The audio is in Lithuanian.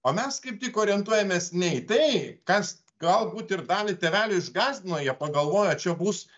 o mes kaip tik orientuojamės ne į tai kas galbūt ir dalį tėvelių išgąsdino jie pagalvojo čia bus